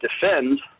defend